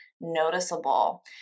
noticeable